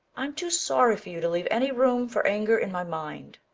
i'm too sorry for you to leave any room for anger in my mind.